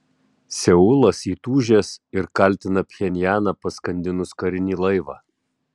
seulas įtūžęs ir kaltina pchenjaną paskandinus karinį laivą